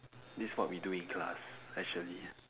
this what we do in class actually